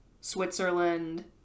Switzerland